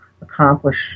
accomplish